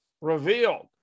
revealed